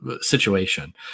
situation